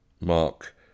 Mark